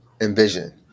envision